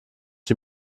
die